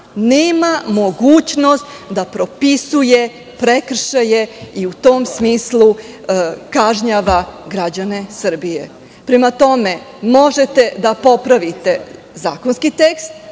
nema mogućnost da propisuje prekršaje i u tom smislu kažnjava građane Srbije. Prema tome, možete da popravite zakonski tekst,